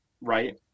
right